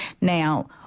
Now